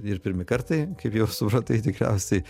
ir pirmi kartai kaip jau supratai tikriausiai